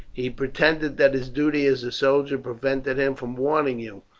he pretended that his duty as a soldier prevented him from warning you,